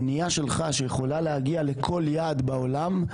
אונייה שלך שיכולה להגיע לכל יעד בעולם,